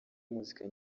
muzika